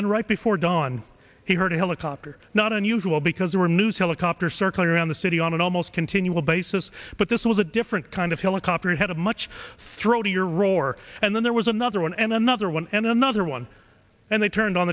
then right before dawn he heard a helicopter not unusual because there were news helicopters circling around the city on the almost continual basis but this was a different kind of helicopter headed much throw to your roar and then there was another one and another one and another one and they turned on